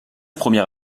première